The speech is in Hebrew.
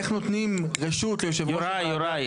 איך נותנים רשות ליושב ראש הוועדה --- יוראי,